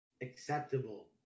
Acceptable